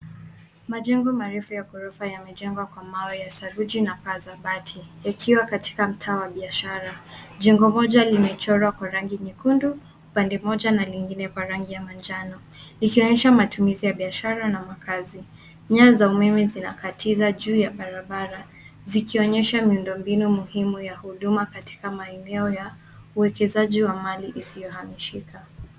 Majengo marefu ya gorofa yamejengwa kwa mawe ya saruji na paa za bati yakiwa katika mtaa wa biashara. Jengo moja limechorwa kwa rangi nyekundu pande moja na nyingine kwa rangi ya manjano likionyesha matumizi ya biashara na makazi. Nyaya za umeme zinakatiza juu ya barabara zikionyesha miundombinu muhimu ya huduma katika maeneo ya uwekezaji wa mali isiohamishika.